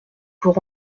pour